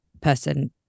person